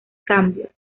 cambios